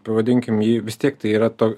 pavadinkim jį vis tiek tai yra to